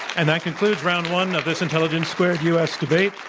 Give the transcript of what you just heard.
and that concludes round one of this intelligence squared u. s. debate,